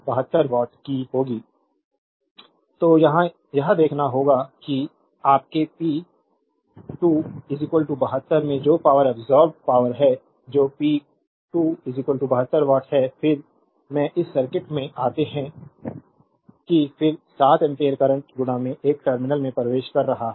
slide time देखें 2153 तो यहां यह देखना होगा कि कि आपके पी 2 72 में जो पावर अब्सोर्बेद पावरहै जो पी 2 72 वाट है फिर से इस सर्किट में आते हैं कि फिर से 7 एम्पीयर करंट इस टर्मिनल में प्रवेश कर रहा है